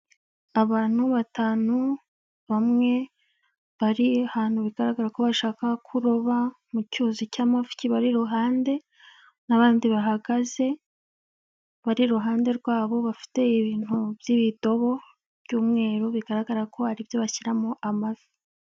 Abantu batanu, bamwe bari ahantu bigaragara ko bashaka kuroba, mu cyuzi cy'amafi kibari iruhande n'abandi bahagaze, bari iruhande rwabo, bafite ibintu by'ibidobo by'umweru bigaragara ko ari byo bashyiramo amafi.